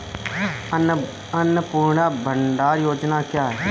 अन्नपूर्णा भंडार योजना क्या है?